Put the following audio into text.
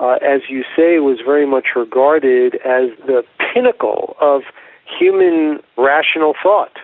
as you say was very much regarded as the pinnacle of human rational thought.